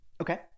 Okay